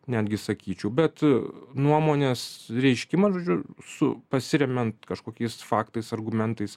netgi sakyčiau bet nuomonės reiškimą žaidžiu su pasiremiant kažkokiais faktais argumentais